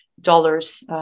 dollars